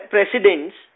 Presidents